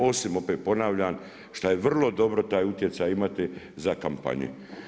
Osim opet ponavljam, što je vrlo dobro taj utjecaj imati za kampanje.